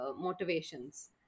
motivations